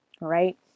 right